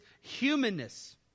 humanness